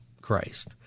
Christ